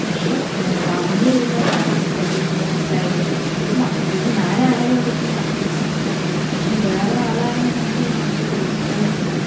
പക്ഷെ വാങ്ങി വരുമ്പളാണ് നമുക്ക് അതിൻറെ ഒരിത് മനസ്സിലായത് ഇത് മ ഇത് ഞാൻ ആയതുകൊണ്ട് ഇത്ര മാന്യമായി സംസാരിക്കുന്നത് പക്ഷെ വേറൊരു ആളാണെങ്കിൽ നമുക്ക് ഈ മാന്യത പ്രതിഷിക്കാൻ പറ്റില്ല